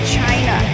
China